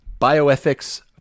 Bioethics